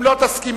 חברת הכנסת תירוש,